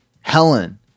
Helen